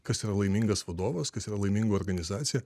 kas yra laimingas vadovas kas yra laiminga organizacija